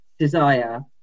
Desire